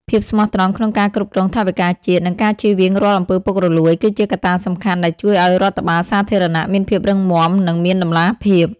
ភាពស្មោះត្រង់ក្នុងការគ្រប់គ្រងថវិកាជាតិ និងការចៀសវាងរាល់អំពើពុករលួយ គឺជាកត្តាសំខាន់ដែលជួយឱ្យរដ្ឋបាលសាធារណៈមានភាពរឹងមាំ និងមានតម្លាភាព។